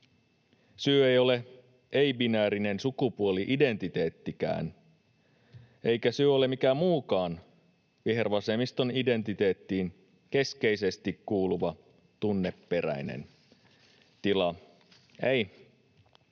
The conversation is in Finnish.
syy ei ole ei-binäärinen sukupuoli-identiteettikään, eikä syy ole mikään muukaan vihervasemmiston identiteettiin keskeisesti kuuluva tunneperäinen tila. Ei,